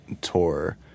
tour